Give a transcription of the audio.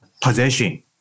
position